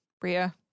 Bria